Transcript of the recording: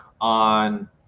on